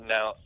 Now